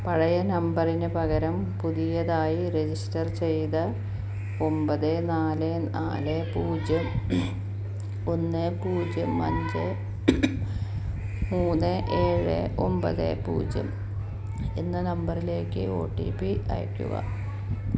പഴയ നമ്പറിനു പകരം പുതിയതായി രജിസ്റ്റർ ചെയ്ത ഒമ്പത് നാല് നാല് പൂജ്യം ഒന്ന് പൂജ്യം അഞ്ച് മൂന്ന് ഏഴ് ഒമ്പത് പൂജ്യം എന്ന നമ്പറിലേക്ക് ഒ ടി പി അയക്കുക